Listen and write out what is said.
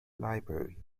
library